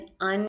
un-